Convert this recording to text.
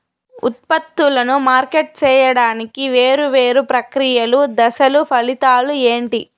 ఉత్పత్తులను మార్కెట్ సేయడానికి వేరువేరు ప్రక్రియలు దశలు ఫలితాలు ఏంటి?